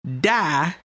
die